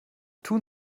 tun